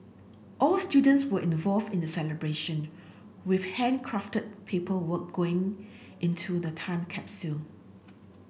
all students were involved in the celebration with handcrafted paperwork going into the time capsule